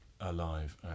alive